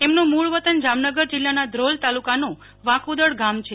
એમનું મૂળ વતન જામનગર જિલ્લાના ધ્રોલ તાલુકાનુ વાંકુદડ ગામ છે